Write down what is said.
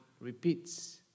repeats